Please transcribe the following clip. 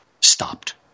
stopped